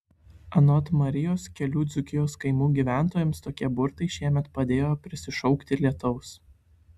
anot marijos kelių dzūkijos kaimų gyventojams tokie burtai šiemet padėjo prisišaukti lietaus